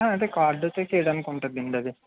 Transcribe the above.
అదే కార్డు వచ్చాక చేయడానికి ఉంటదండి అదే